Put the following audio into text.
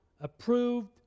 approved